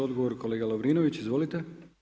Odgovor kolega Lovrinović, izvolite.